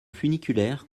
funiculaire